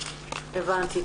הבנתי.